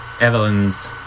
Evelyn's